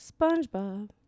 SpongeBob